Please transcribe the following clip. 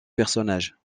personnages